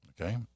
Okay